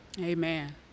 Amen